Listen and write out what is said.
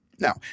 Now